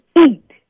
eat